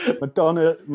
Madonna